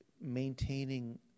maintaining